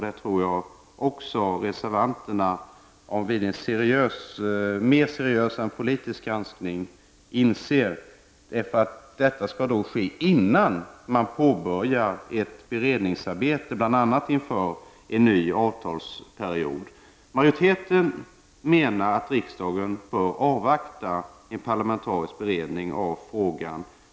Det tror jag att även reservanterna vid en mer seriös än politisk granskning inser. Reservanterna menar ju att detta skall ske innan ett beredningsarbete påbörjas bl.a. inför en ny avtalsperiod. Majoriteten menar att riksdagen bör avvakta en parlamentarisk beredning av frågan.